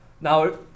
Now